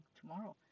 tomorrow